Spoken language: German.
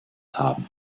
haben